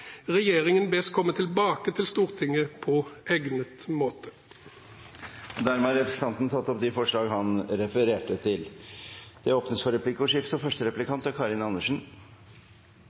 Regjeringen bes komme tilbake til Stortinget på egnet måte.» Representanten Geir Sigbjørn Toskedal har tatt opp de forslagene han refererte til. Det blir replikkordskifte. SV er veldig glad for